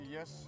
Yes